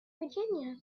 virginia